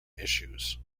issues